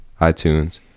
itunes